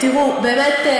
באמת,